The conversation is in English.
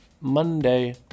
Monday